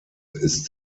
ist